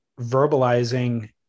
verbalizing